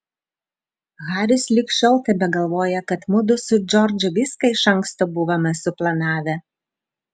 haris ligi šiol tebegalvoja kad mudu su džordžu viską iš anksto buvome suplanavę